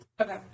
Okay